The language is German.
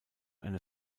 eine